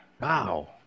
Wow